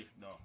no